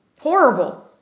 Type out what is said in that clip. Horrible